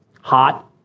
Hot